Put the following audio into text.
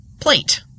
plate